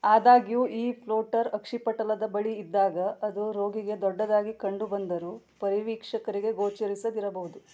ಆದಾಗ್ಯೂ ಈ ಫ್ಲೋಟರ್ ಅಕ್ಷಿಪಟಲದ ಬಳಿ ಇದ್ದಾಗ ಅದು ರೋಗಿಗೆ ದೊಡ್ಡದಾಗಿ ಕಂಡುಬಂದರೂ ಪರಿವೀಕ್ಷಕರಿಗೆ ಗೋಚರಿಸದಿರಬಹುದು